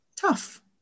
tough